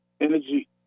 energy